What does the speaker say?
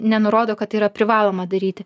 nenurodo kad tai yra privaloma daryti